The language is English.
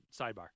sidebar